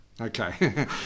Okay